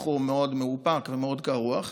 בחור מאוד מאופק ומאוד קר רוח.